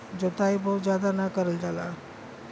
जोताई बहुत जादा ना करल जाला